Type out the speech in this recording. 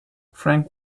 frank